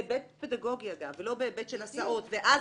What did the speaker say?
בהיבט פדגוגי ולא בהיבט של הסעות ואז